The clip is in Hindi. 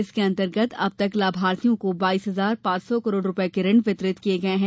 इसके अंतर्गत अब तक लाभार्थियों को बाईस हजार पांच सौ करोड़ रूपये के ऋण वितरित किये गये है